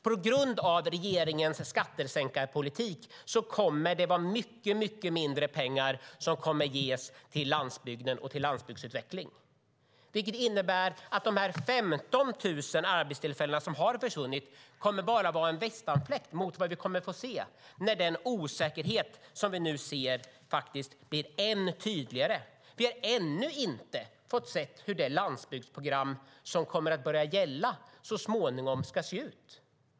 På grund av regeringens skattesänkningspolitik kommer det att vara mycket mindre pengar som kommer att ges till landsbygden och till landsbygdsutveckling. Det innebär att de 15 000 arbetstillfällen som har försvunnit kommer att vara bara en västanfläkt mot vad vi kommer att få se när den osäkerhet som vi nu ser faktiskt blir än tydligare. Vi har ännu inte fått se hur det landsbygdsprogram som kommer att börja gälla så småningom ska se ut.